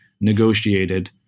negotiated